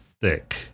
thick